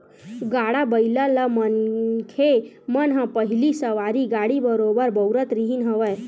गाड़ा बइला ल मनखे मन ह पहिली सवारी गाड़ी बरोबर बउरत रिहिन हवय